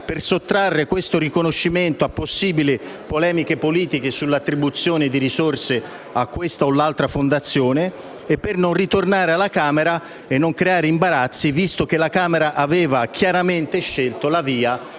per sottrarre questo riconoscimento a possibili polemiche politiche sull'attribuzione di risorse a questa o altra fondazione e per non ritornare alla Camera e creare imbarazzi, visto che in quella sede era stata chiaramente scelta la via di